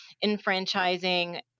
enfranchising